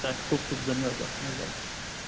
तव्हांजो खूब खूब धन्यवाद महिरबानी